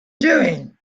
doing